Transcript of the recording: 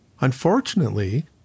Unfortunately